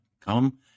come